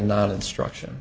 non instruction